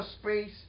space